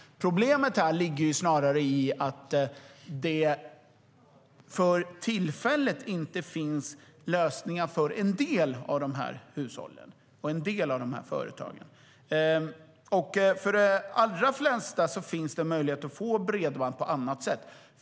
Problemet ligger i att det för tillfället inte finns lösningar för en del av hushållen och en del av företagen. För de allra flesta finns det möjlighet att få bredband på annat sätt.